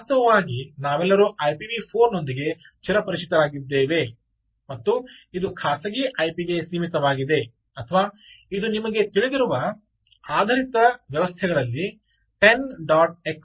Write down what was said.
ವಾಸ್ತವವಾಗಿ ನಾವೆಲ್ಲರೂ ಐಪಿವಿ 4 ನೊಂದಿಗೆ ಚಿರಪರಿಚಿತರಾಗಿದ್ದೇವೆ ಮತ್ತು ಇದು ಖಾಸಗಿ ಐಪಿ ಗೆ ಸೀಮಿತವಾಗಿದೆ ಅಥವಾ ಇದು ನಿಮಗೆ ತಿಳಿದಿರುವ ಆಧಾರಿತ ವ್ಯವಸ್ಥೆಗಳಲ್ಲಿ 10